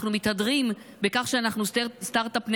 אנחנו מתהדרים בכך שאנחנו סטרטאפ ניישן,